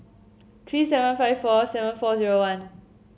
three seven five four seven four zero one